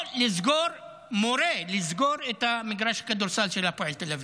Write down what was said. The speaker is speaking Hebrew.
או שהוא מורה לסגור את מגרש הכדורסל של הפועל תל אביב.